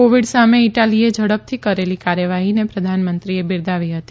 Covid સામે ઇટાલીએ ઝડપથી કરેલી કાર્યવાહીને પ્રધાનમંત્રીએ બીરદાવી હતી